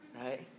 Right